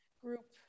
group